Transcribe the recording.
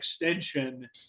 extension